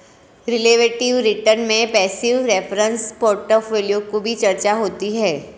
relative return में passive reference portfolio की भी चर्चा होती है